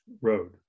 road